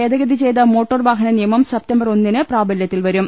ഭേദഗതി ചെയ്ത മോട്ടോർവാഹനനിയമം സപ്തം ബർ ഒന്നിന് പ്രാബല്യത്തിൽ വരും